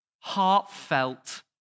heartfelt